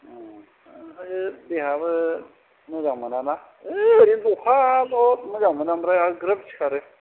ओमफाय देहायाबो मोजां मोनाना ओरैनो दफाल' मोजां मोनो ओमफ्राय आरो ग्रोब सिखारो